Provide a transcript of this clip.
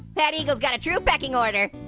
that eagle's got a true pecking order.